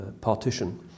partition